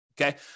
okay